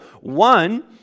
One